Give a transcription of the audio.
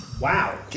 Wow